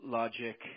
logic